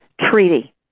Treaty